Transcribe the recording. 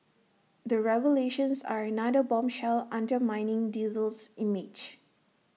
the revelations are another bombshell undermining diesel's image